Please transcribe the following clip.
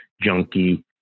junkie